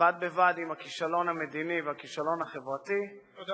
בד בבד עם הכישלון המדיני והכישלון החברתי, תודה.